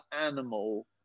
animal